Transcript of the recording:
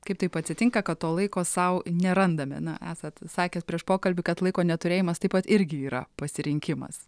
kaip taip atsitinka kad to laiko sau nerandame na esat sakęs prieš pokalbį kad laiko neturėjimas taip pat irgi yra pasirinkimas